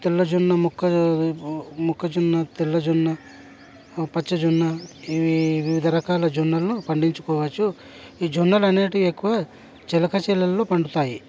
తెల్లజొన్న మొక్క మొక్కజొన్న తెల్లజొన్న పచ్చజొన్న ఇవి వివిధ రకాల జొన్నలను పండించుకోవచ్చు జొన్నలు అనేవి ఎక్కువ చెలక చేలల్లో పండుతాయి